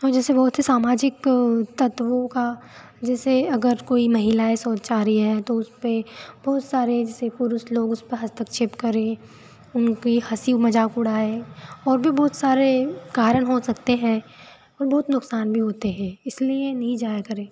और जैसे बहुत से सामाजिक तत्वों का जैसे अगर कोई महिलाएँ शौच जा रही हैं तो उस पर बहुत सारे जैसे पुरुष लोग उस पर हस्तक्षेप करे उनकी हँसी मज़ाक उड़ाए और भी बहुत सारे कारण हो सकते हैं और बहुत नुक्सान भी होते हे इसलिए नहीं जाया करें